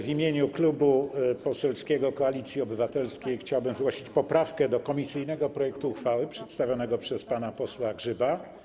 W imieniu Klubu Parlamentarnego Koalicji Obywatelskiej chciałbym zgłosić poprawki do komisyjnych projektów uchwał przedstawionych przez pana posła Grzyba.